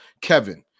Kevin